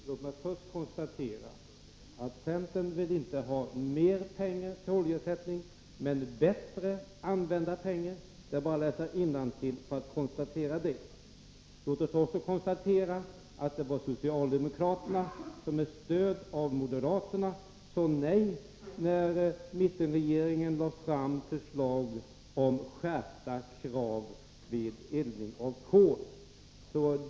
Herr talman! Låt mig först konstatera att centern inte vill ha mer pengar till oljeersättning, utan bättre använda pengar. Det är bara att läsa innantill för att inse det. Låt mig sedan konstatera att det var socialdemokraterna som med stöd av moderaterna sade nej när mittenregeringen lade fram förslag om skärpta krav vid eldning med kol.